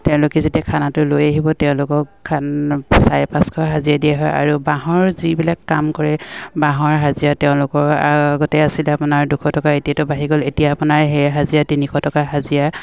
তেওঁলোকে যেতিয়া খানাটো লৈ আহিব তেওঁলোকক চাৰে পাঁচশ হাজিৰে দিয়া হয় আৰু বাঁহৰ যিবিলাক কাম কৰে বাঁহৰ হাজিৰা তেওঁলোকৰ আগতে আছিলে আপোনাৰ দুশ টকা এতিয়াতো বাঢ়ি গ'ল এতিয়া আপোনাৰ সেই হাজিৰা তিনিশ টকা হাজিৰা